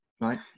right